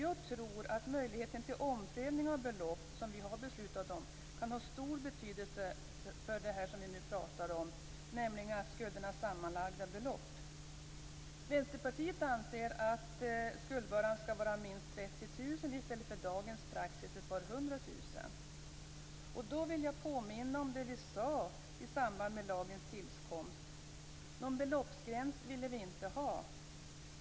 Jag tror att möjligheten till omprövning av belopp, som vi har beslutat om, kan ha stor betydelse för det vi nu pratar om, nämligen skuldernas sammanlagda belopp. Vänsterpartiet anser att skuldbördan skall vara minst 30 000 kr i stället för dagens praxis, ett par hundra tusen. Då vill jag påminna om det vi sade i samband med lagens tillkomst: Någon beloppsgräns vill vi inte ha.